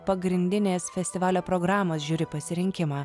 pagrindinės festivalio programos žiuri pasirinkimą